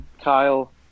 Kyle